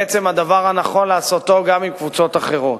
בעצם הדבר הנכון לעשותו גם עם קבוצות אחרות.